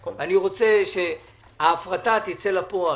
אני רוצה שההפרטה תצא לפועל,